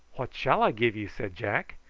what shall i give you? said jack.